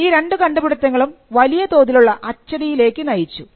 ഈ രണ്ടു കണ്ടുപിടിത്തങ്ങളും വലിയതോതിലുള്ള അച്ചടിയിലേക്ക് നയിച്ചു